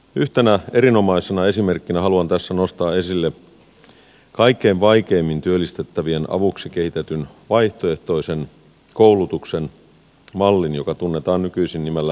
yhtenä erinomaisena esimerkkinä haluan tässä nostaa esille kaikkein vaikeimmin työllistettävien avuksi kehitetyn vaihtoehtoisen koulutuksen mallin joka tunnetaan nykyisin nimellä valo malli